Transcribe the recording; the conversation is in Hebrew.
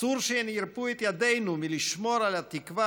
אסור שהן ירַפו את ידינו מלשמור על התקווה